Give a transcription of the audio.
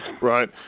Right